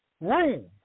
room